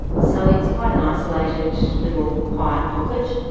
so it's quite an isolated little quiet pocket.